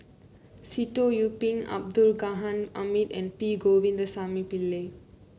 Sitoh Yih Pin Abdul Ghani Hamid and P Govindasamy Pillai